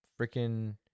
freaking